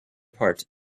part